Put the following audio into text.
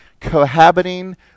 cohabiting